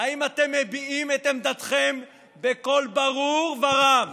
האם אתם מביעים את עמדתכם בקול ברור ורם?